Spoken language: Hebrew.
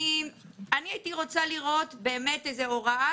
אני לא רוצה לקחת את זה לכיוון אחר,